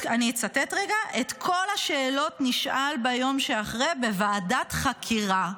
אני אצטט: את כל השאלות נשאל ביום שאחרי בוועדת חקירה.